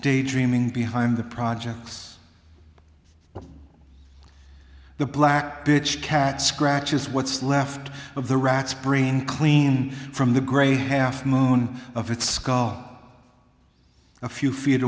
daydreaming behind the projects well the black bitch cat scratches what's left of the rat's brain clean from the great half moon of its skull a few feet